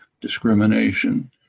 discrimination